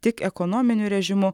tik ekonominiu režimu